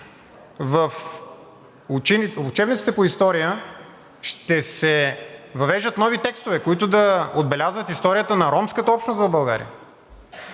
в учебниците по история ще се въвеждат нови текстове, които да отбелязват историята на ромската общност в България.